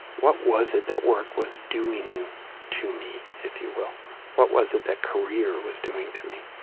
what was it that work was doing to me, if you will what was it that career was doing to me?